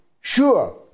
sure